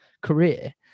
career